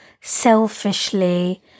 Selfishly